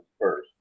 first